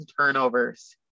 turnovers